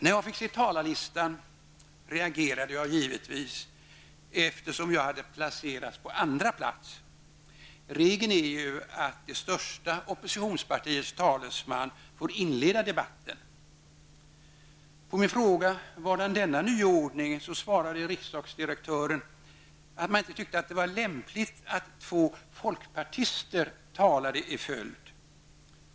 När jag fick se talarlistan reagerade jag givetvis, eftersom jag hade placerats på andra plats. Regeln är ju att det största oppositionspartiets talesman får inleda debatten. På min fråga vadan denna nyordning svarade riksdagsdirektören att man inte tyckte att det var lämpligt att två folkpartister talade i följd.